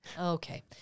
Okay